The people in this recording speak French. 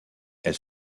elle